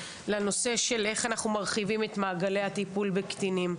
לנושא של איך אנחנו מרחיבים את מעגלי הטיפול בקטינים,